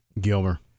Gilmer